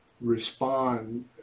respond